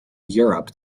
europe